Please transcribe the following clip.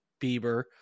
bieber